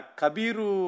kabiru